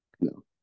No